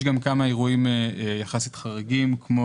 יש גם כמה אירועים יחסית חריגים כמו